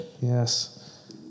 Yes